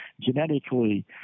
Genetically